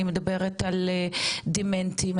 אני מדברת על דמנטיים,